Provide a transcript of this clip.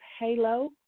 Halo